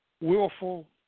willful